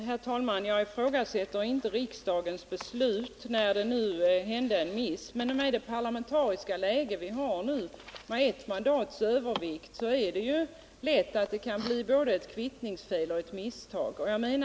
Herr talman! Jag ifrågasätter inte riksdagens beslut på grund av att det nu skedde ett misstag. Men i det parlamentariska läge vi har nu, med ett mandats övervikt, är det lätt hänt att det blir både ett kvittningsfel och ett misstag.